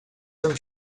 from